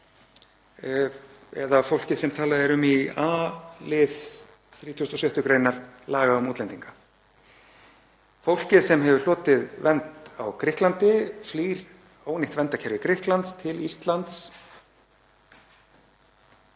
eða fólkið sem talað er um í a-lið 36. gr. laga um útlendinga; fólkið sem hefur hlotið vernd á Grikklandi og flýr ónýtt verndarkerfi Grikklands til Íslands.